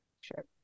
Sure